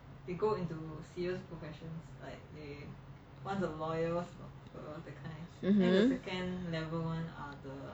(uh huh)